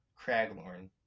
Craglorn